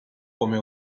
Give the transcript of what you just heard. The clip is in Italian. come